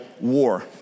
war